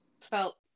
felt